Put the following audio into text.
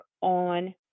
on